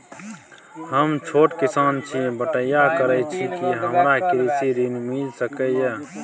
हम छोट किसान छी, बटईया करे छी कि हमरा कृषि ऋण मिल सके या?